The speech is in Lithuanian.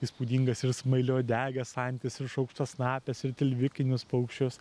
įspūdingas ir smailiauodeges antis ir šaukštasnapes ir tilvikinius paukščius